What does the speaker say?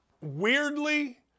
weirdly